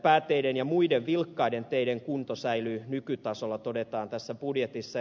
pääteiden ja muiden vilkkaiden teiden kunto säilyy nykytasolla todetaan tässä budjetissa